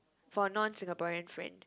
for non Singaporean friend